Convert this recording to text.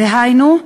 דהיינו,